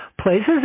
places